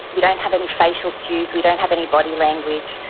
we don't have any facial cues, we don't have any body language,